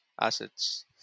assets